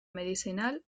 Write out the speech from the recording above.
medicinal